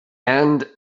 and